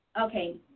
Okay